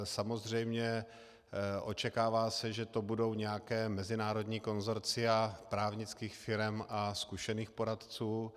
Samozřejmě očekává se, že to budou nějaká mezinárodní konsorcia právnických firem a zkušených poradců.